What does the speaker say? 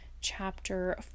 chapter